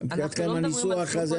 את הניסוח הזה?